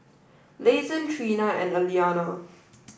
Leighton Trina and Aliana